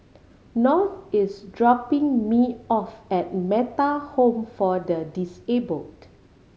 North is dropping me off at Metta Home for the Disabled